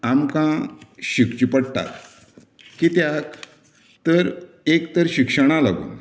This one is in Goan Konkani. आमकां शिकची पडटा कित्याक एक तर शिक्षणाक लागून